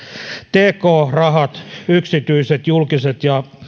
tk rahat yksityiset julkiset ja